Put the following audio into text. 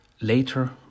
Later